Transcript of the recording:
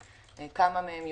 ומוסיפה האם יש